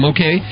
Okay